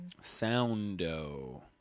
Soundo